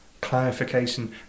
clarification